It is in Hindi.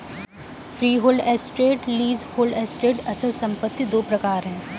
फ्रीहोल्ड एसेट्स, लीजहोल्ड एसेट्स अचल संपत्ति दो प्रकार है